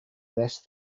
less